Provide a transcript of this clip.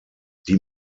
die